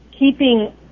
keeping